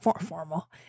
formal